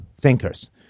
thinkers